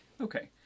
Okay